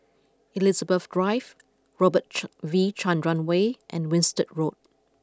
Elizabeth Drive Robert V Chandran Way and Winstedt Road